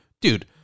dude